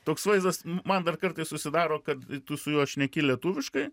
toks vaizdas man dar kartais susidaro kad tu su juo šneki lietuviškai